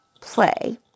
play